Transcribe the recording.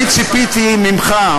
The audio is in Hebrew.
אני ציפיתי ממך,